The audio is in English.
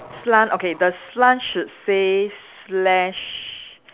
slant okay the slant should say slash